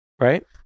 right